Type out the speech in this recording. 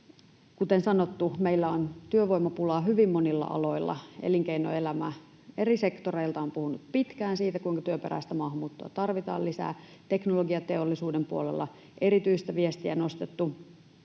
Kuten sanottu, meillä on työvoimapulaa hyvin monilla aloilla. Elinkeinoelämä eri sektoreilta on puhunut pitkään siitä, kuinka työperäistä maahanmuuttoa tarvitaan lisää, teknologiateollisuuden puolella on erityistä viestiä nostettu.